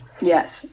Yes